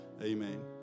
Amen